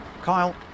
Kyle